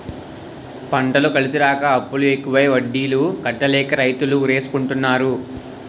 పంటలు కలిసిరాక అప్పులు ఎక్కువై వడ్డీలు కట్టలేక రైతులు ఉరేసుకుంటన్నారు